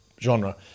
genre